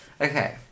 Okay